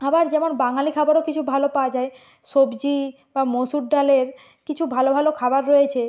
আবার যেমন বাঙালি খাবারও কিছু ভালো পাওয়া যায় সবজি বা মসুর ডালের কিছু ভালো ভালো খাবার রয়েছে